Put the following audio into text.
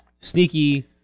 sneaky